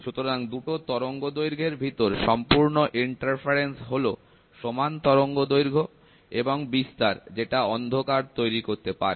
সুতরাং দুটো তরঙ্গদৈর্ঘ্যের ভিতর সম্পূর্ণ প্রতিবন্ধক হল সমান তরঙ্গ দৈর্ঘ্য এবং বিস্তার যেটা অন্ধকার তৈরি করতে পারে